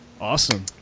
Awesome